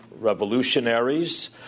revolutionaries